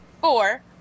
four